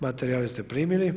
Materijale ste primili.